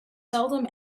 seldom